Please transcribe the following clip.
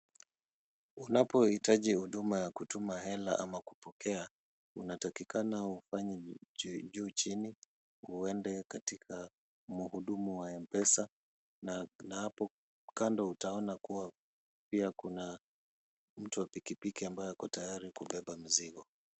Unapohitaji huduma ya kutuma hela ama kupokea, unatakikana ufanye juu chini muende katika mhudumu wa M-Pesa na hapo kando utaona kuwa pia kuna mtu wa pikipiki ambaye ako tayari kubeba mzigo.